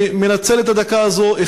אני מנצל את הדקה הזו,